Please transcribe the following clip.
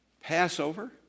Passover